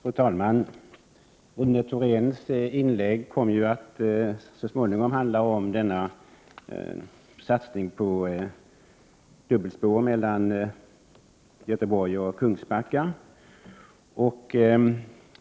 Fru talman! Rune Thoréns inlägg kom att så småningom handla om satsningen på dubbelspår mellan Göteborg och Kungsbacka.